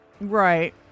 Right